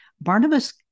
Barnabas